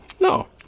No